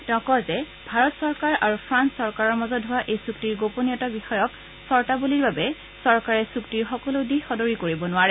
তেওঁ কয় যে ভাৰত চৰকাৰ আৰু ফ্ৰান্স চৰকাৰৰ মাজত হোৱা এই চুক্তিৰ গোপনীয়তা বিষয়ক চৰ্তাৱলীৰ বাবে চৰকাৰে চুক্তিৰ সকলো দিশ সদৰি কৰিব নোৱাৰে